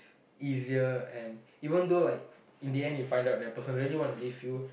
easier and even though like in the end you find out that the person really wanna leave you